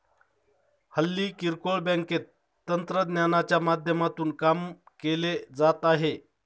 हल्ली किरकोळ बँकेत तंत्रज्ञानाच्या माध्यमातून काम केले जात आहे